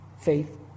faith